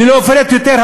אני לא אפרט עוד הרבה.